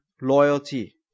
loyalty